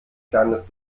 kleines